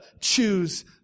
choose